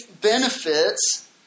benefits